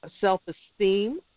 self-esteem